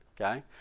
okay